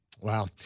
Wow